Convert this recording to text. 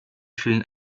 vielen